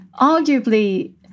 Arguably